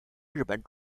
日本